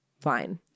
fine